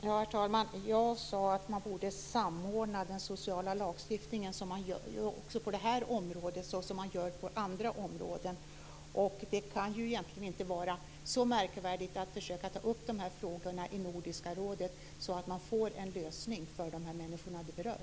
Herr talman! Jag sade att man borde samordna den sociala lagstiftningen på det här området så som man gör på andra områden. Det kan ju egentligen inte vara så märkvärdigt att försöka ta upp de här frågorna i Nordiska rådet så att man får en lösning för de människor det berör.